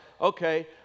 okay